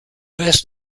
best